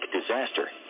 disaster